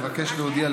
אבקש להודיע,